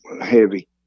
heavy